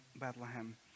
Bethlehem